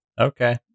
Okay